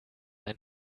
ein